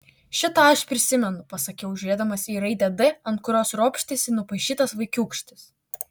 šitą aš prisimenu pasakiau žiūrėdamas į raidę d ant kurios ropštėsi nupaišytas vaikiūkštis